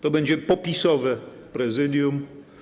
To będzie popisowe Prezydium.